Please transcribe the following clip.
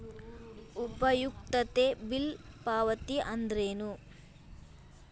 ಉಪಯುಕ್ತತೆ ಬಿಲ್ ಪಾವತಿ ಅಂದ್ರೇನು?